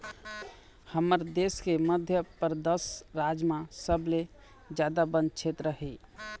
हमर देश के मध्यपरेदस राज म सबले जादा बन छेत्र हे